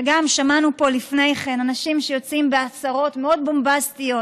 גם שמענו פה לפני כן אנשים שיוצאים בהצהרות מאוד בומבסטיות,